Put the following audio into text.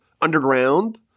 underground